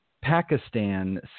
Pakistan